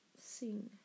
sing